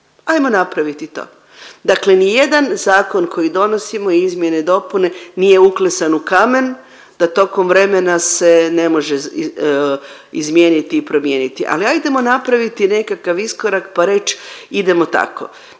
Ajmo napraviti to. Dakle, nijedan zakon koji donosimo izmjene i dopune nije uklesan u kamen da tokom vremena se ne može izmijeniti i promijeniti, ali ajdemo napraviti nekakav iskorak pa reć idemo tako.